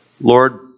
Lord